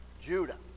Judah